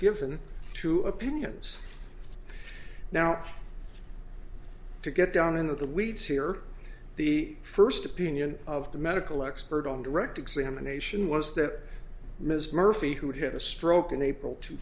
given two opinions now to get down in the weeds here the first opinion of the medical expert on direct examination was that ms murphy who'd had a stroke in april two